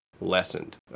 lessened